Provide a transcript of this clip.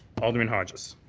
alderman hodges